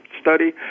study